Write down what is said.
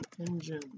engine